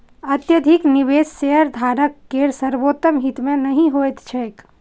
अत्यधिक निवेश शेयरधारक केर सर्वोत्तम हित मे नहि होइत छैक